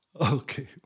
Okay